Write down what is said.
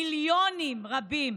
מיליונים רבים.